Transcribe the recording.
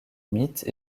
mythes